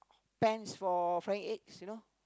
pans for frying eggs you know